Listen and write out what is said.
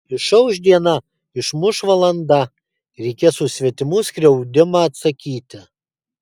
išauš diena išmuš valanda reikės už svetimų skriaudimą atsakyti